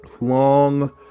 long